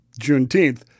Juneteenth